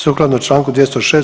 Sukladno Članku 206.